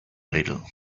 little